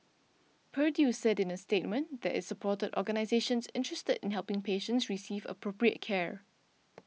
Purdue said in a statement that it supported organisations interested in helping patients receive appropriate care